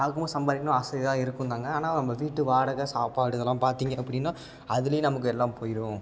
பார்க்கும் போது சம்பாதிக்கணும் ஆசையாக இருக்கும்தாங்க ஆனால் நம்ம வீட்டு வாடகை சாப்பாடு இதல்லாம் பார்த்தீங்க அப்படின்னா அதுலேயே நமக்கு எல்லாம் போய்விடும்